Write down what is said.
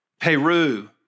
Peru